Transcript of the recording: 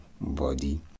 body